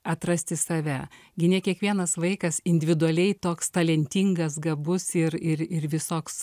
atrasti save gi ne kiekvienas vaikas individualiai toks talentingas gabus ir ir ir visoks